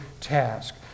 task